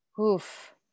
Oof